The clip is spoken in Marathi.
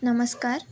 नमस्कार